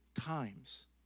times